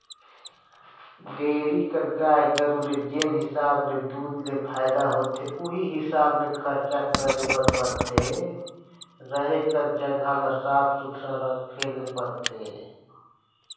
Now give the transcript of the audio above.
dairy कर गाय गरू ले जेन हिसाब ले दूद ले फायदा होथे उहीं हिसाब ले खरचा करे बर परथे, रहें कर जघा ल साफ सुथरा रखे ले परथे